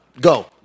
Go